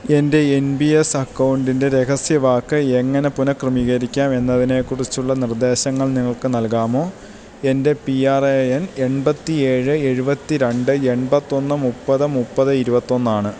എൻ്റെ N P S അക്കൗണ്ടിൻ്റെ രഹസ്യവാക്ക് എങ്ങനെ പുനഃക്രമീകരിക്കാമെന്നതിനെക്കുറിച്ചുള്ള നിർദ്ദേശങ്ങൾ നിങ്ങൾക്ക് നൽകാമോ എൻ്റെ പി ആർ എ എൻ എൺപത്തിയേഴ് എഴുപത്തിരണ്ട് എൺപത്തിയൊന്ന് മുപ്പത് മുപ്പത് ഇരുപത്തിയൊന്നാണ്